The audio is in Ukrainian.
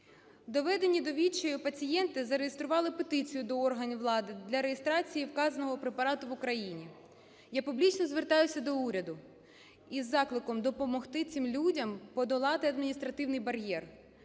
Доведені до відчаю пацієнти зареєстрували петицію до органів влади для реєстрації вказаного препарату в Україні. Я публічно звертаюся до уряду із закликом допомогти цим людям подолати адміністративний бар'єр.